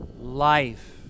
life